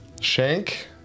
Shank